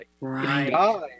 Right